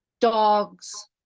dogs